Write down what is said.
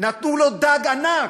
נתנו לו, דג ענק,